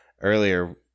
earlier